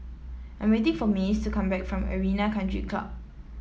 I'm waiting for Mace to come back from Arena Country Club